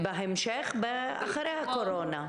בהמשך, אחרי הקורונה.